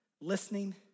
listening